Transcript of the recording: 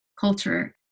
culture